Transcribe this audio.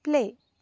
play